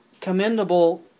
commendable